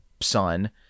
son